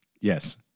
Yes